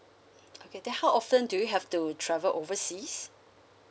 okay then how often do you have to travel overseas